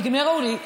נגמרו לי,